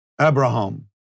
Abraham